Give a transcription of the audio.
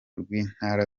rw’intara